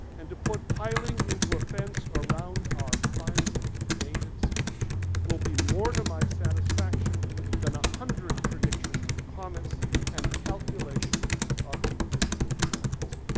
and to put piling into a fence around our fine native speech will be more to my satisfaction than one hundred predictions of comets and calculations of invisible planets.